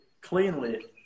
cleanly